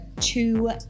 two